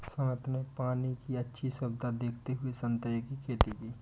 सुमित ने पानी की अच्छी सुविधा देखते हुए संतरे की खेती की